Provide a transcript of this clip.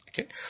Okay